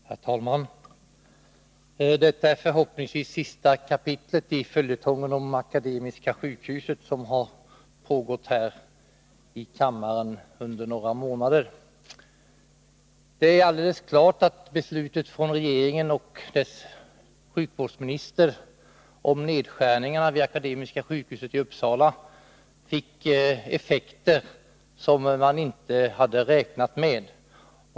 Herr talman! Detta är förhoppningsvis sista kapitlet i följetongen om Akademiska sjukhuset, som har pågått här i kammaren under några månader. Det står alldeles klart att regeringens och dess sjukvårdsministers beslut om nedskärningarna vid Akademiska sjukhuset i Uppsala fick effekter som man inte hade räknat med.